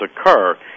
occur